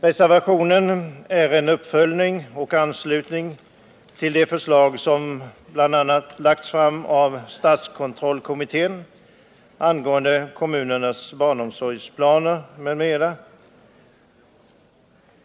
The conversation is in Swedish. Reservationen är en uppföljning av och ansluter sig till det förslag som bl.a. lagts fram av statskontrollkommittén angående kommunernas barnomsorgsplaner m.m.